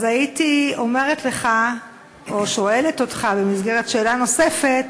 אז הייתי שואלת אותך במסגרת שאלה נוספת